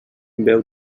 beu